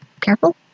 Careful